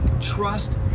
Trust